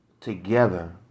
together